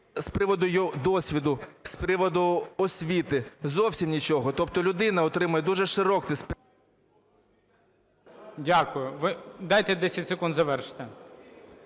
з приводу його досвіду, з приводу освіти, зовсім нічого. Тобто людина отримує дуже широкий спектр... ГОЛОВУЮЧИЙ. Дякую. Дайте 10 секунд завершити.